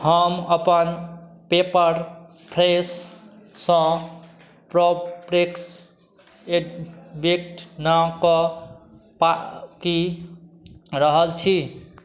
हम अपन पेपर फ्रेशसँऽ प्रोप्रेक्स एड बेटनकेँ ताकि रहल छी